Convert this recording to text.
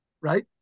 right